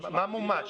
מה מומש?